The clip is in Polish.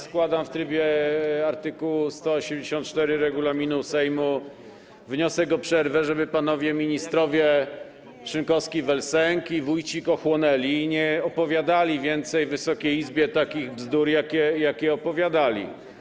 Składam w trybie art. 184 regulaminu Sejmu wniosek o przerwę, żeby panowie ministrowie Szynkowski vel Sęk i Wójcik ochłonęli i nie opowiadali więcej Wysokiej Izbie takich bzdur, jakie opowiadali.